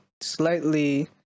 slightly